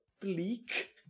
bleak